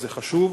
זה חשוב,